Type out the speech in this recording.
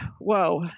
Whoa